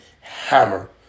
hammer